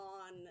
on